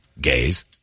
Gays